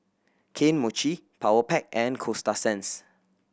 Kane Mochi Powerpac and Coasta Sands